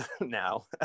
now